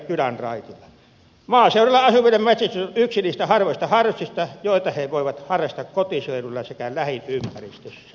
maaseudulla asuville metsästys on yksi niistä harvoista harrastuksista joita he voivat harrastaa kotiseudullaan sekä lähiympäristössä